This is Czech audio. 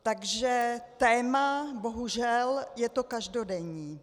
Takže téma bohužel je to každodenní.